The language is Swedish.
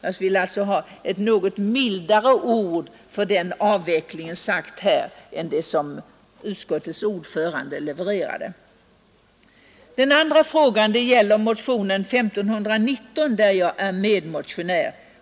Jag vill alltså att det skall sägas något mildare ord om avvecklingen än utskottets ordförande levererade. Den andra frågan gäller permobilen, som behandlas i motionen 1519, där jag är medmotionär.